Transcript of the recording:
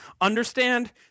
Understand